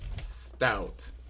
stout